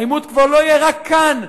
העימות כבר לא יהיה רק כאן,